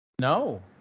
No